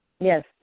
Yes